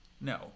No